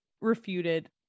refuted